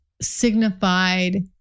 signified